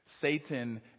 Satan